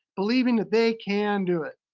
believing that they can do it.